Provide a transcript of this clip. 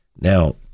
Now